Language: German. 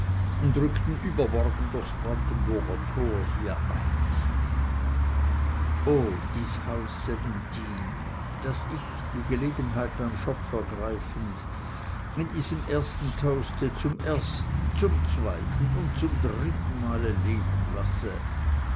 und rückten übermorgen durchs brandenburger tor hier ein o dies haus sellenthin das ich die gelegenheit beim schopf ergreifend in diesem ersten toaste zum ersten zum zweiten und zum dritten male leben lasse